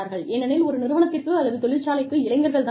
ஏனெனில் ஒரு நிறுவனத்திற்கு அல்லது தொழிற்சாலைக்கு இளைஞர்கள் தான் தேவை